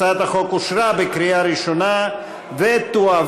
הצעת החוק אושרה בקריאה ראשונה ותועבר